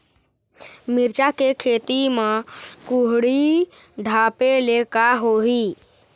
मिरचा के खेती म कुहड़ी ढापे ले का होही?